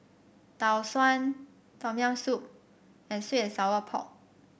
Tau Suan Tom Yam Soup and sweet and Sour Pork